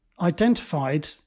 identified